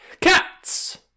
Cats